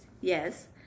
yes